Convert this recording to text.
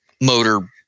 motor